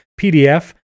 PDF